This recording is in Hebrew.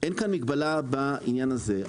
אין פה מגבלה בעניין הזה.